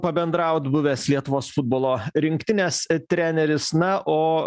pabendraut buvęs lietuvos futbolo rinktinės treneris na o